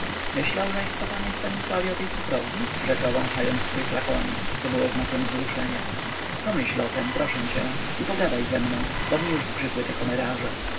się opanować myślałżeś co panie stanisławie o tej cukrowni rzekła wąchając swój flakonik co było znakiem wzruszenia pomyśl o tem proszę cię i pogadaj ze mną bo już mi zbrzydły te